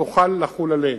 תוכל לחול עלינו.